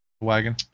Wagon